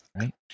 right